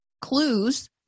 clues